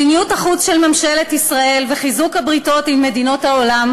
מדיניות החוץ של ממשלת ישראל וחיזוק הבריתות עם מדינות העולם